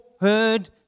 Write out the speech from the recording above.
heard